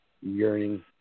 yearning